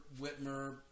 Whitmer